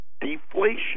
deflation